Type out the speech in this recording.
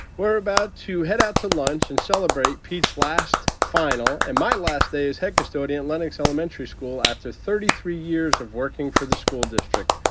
we're about to head out to lunch and celebrate pete's last final and my last day as head custodian at lennox elementary school after thirty three years of working for the school district.